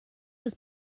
was